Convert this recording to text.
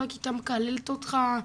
כל הכיתה מקללת אותך,